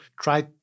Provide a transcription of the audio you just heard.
try